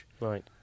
Right